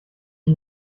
die